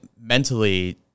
mentally